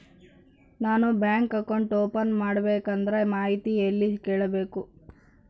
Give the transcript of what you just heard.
ನಾನು bank account open ಮಾಡಬೇಕಂದ್ರ ಮಾಹಿತಿ ಎಲ್ಲಿ ಕೇಳಬೇಕು?